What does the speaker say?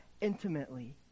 intimately